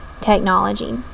technology